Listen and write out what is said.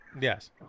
yes